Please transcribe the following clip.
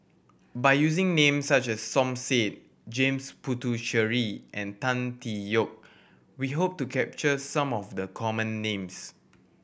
by using names such as Som Said James Puthucheary and Tan Tee Yoke we hope to capture some of the common names